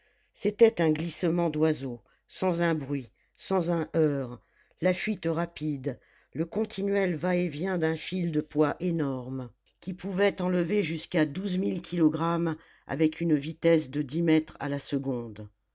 c'était un glissement d'oiseau sans un bruit sans un heurt la fuite rapide le continuel va-et-vient d'un fil de poids énorme qui pouvait enlever jusqu'à douze mille kilogrammes avec une vitesse de dix mètres à la seconde